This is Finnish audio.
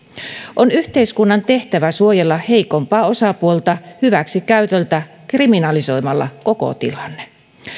on yhteiskunnan tehtävä suojella heikompaa osapuolta hyväksikäytöltä kriminalisoimalla koko tilanne